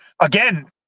again